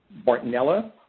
bartonella,